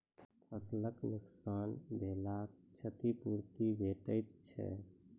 फसलक नुकसान भेलाक क्षतिपूर्ति भेटैत छै?